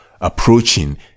approaching